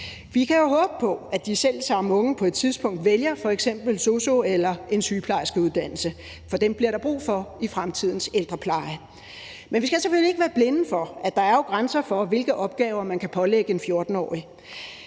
Vi kan jo håbe på, at de selv samme unge på et tidspunkt vælger f.eks. en sosu-uddannelse eller en sygeplejerskeuddannelse, for dem bliver der brug for i fremtidens ældrepleje. Men vi skal selvfølgelig ikke være blinde for, at der jo er grænser for, hvilke opgaver man kan pålægge en 14-årig.